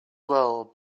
well